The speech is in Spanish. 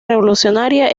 revolucionaria